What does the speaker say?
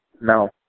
No